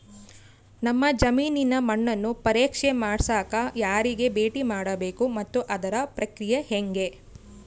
ನಮ್ಮ ಜಮೇನಿನ ಮಣ್ಣನ್ನು ಪರೇಕ್ಷೆ ಮಾಡ್ಸಕ ಯಾರಿಗೆ ಭೇಟಿ ಮಾಡಬೇಕು ಮತ್ತು ಅದರ ಪ್ರಕ್ರಿಯೆ ಹೆಂಗೆ?